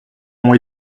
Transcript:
ont